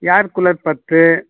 ஏர் cooler பத்து